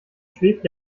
schwebt